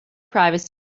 privacy